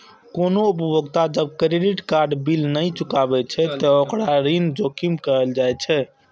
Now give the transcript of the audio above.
कोनो उपभोक्ता जब क्रेडिट कार्ड बिल नहि चुकाबै छै, ते ओकरा ऋण जोखिम कहल जाइ छै